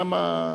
למה?